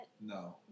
No